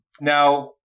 Now